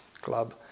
Club